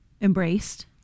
embraced